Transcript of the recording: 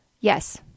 Yes